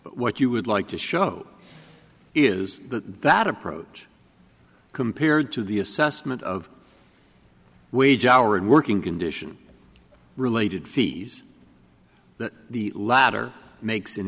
but what you would like to show is the that approach compared to the assessment of wage hour and working condition related fees that the latter makes an